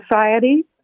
Society